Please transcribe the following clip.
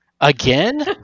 Again